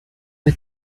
bei